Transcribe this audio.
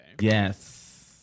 Yes